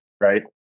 right